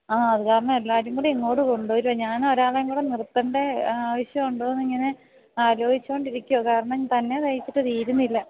ആ അത് കാരണം എല്ലാവരും കൂടി ഇങ്ങോട്ട് കൊണ്ട് വരുവാ ഞാൻ ഒരാളെയുംകൂടെ നിർത്തേണ്ട ആവശ്യം ഉണ്ടോ എന്നിങ്ങനെ ആലോചിച്ച് കൊണ്ടിരിക്കുകയാ കാരണം തന്നെ തയ്ച്ചിട്ട് തീരുന്നില്ല